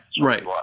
Right